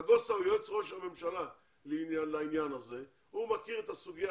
נגוסה הוא יועץ ראש הממשלה לעניין הזה והוא מכיר את הסוגיה